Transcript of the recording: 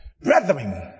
Brethren